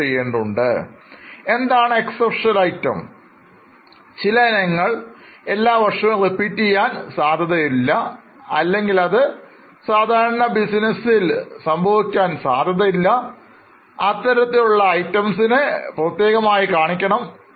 പേര് സൂചിപ്പിക്കുന്നതുപോലെ ചില ഇനങ്ങൾ ഓരോവർഷവും ആവർത്തിക്കാൻ സാധ്യത ഇല്ലെങ്കിൽ അത് സാധാരണ ബിസിനസ് ഗതിയിൽ ഉള്ളത് അല്ലെങ്കിൽപ്രത്യേകം കാണിക്കേണ്ടതുണ്ട്